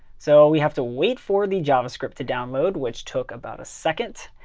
so we have to wait for the javascript to download, which took about a second.